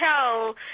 tell